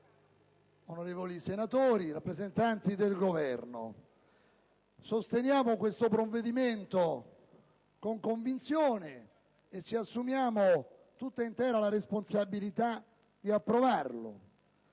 onorevoli senatori, rappresentanti del Governo, sosteniamo questo provvedimento con convinzione e ci assumiamo tutta intera la responsabilità di approvarlo.